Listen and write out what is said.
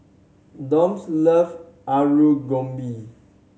Donte love Alu Gobi